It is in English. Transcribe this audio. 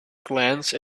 glance